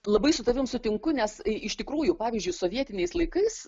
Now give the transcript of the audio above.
labai su tavim sutinku nes iš tikrųjų pavyzdžiui sovietiniais laikais